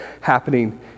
happening